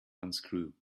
unscrew